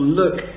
look